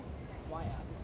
why ah because why